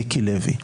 מיקי לוי.